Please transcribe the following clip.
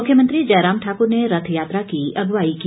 मुख्यमंत्री जयराम ठाकुर ने रथयात्रा की अगुवाई की